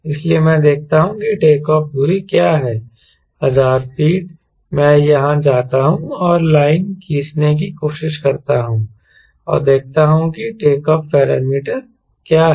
इसलिए मैं देखता हूं कि टेक ऑफ दूरी क्या है 1000 फीट मैं यहां जाता हूं और लाइन खींचने की कोशिश करता हूं और देखता हूं कि टेकऑफ पैरामीटर क्या है